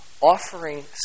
offering